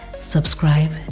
Subscribe